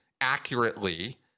accurately